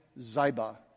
Ziba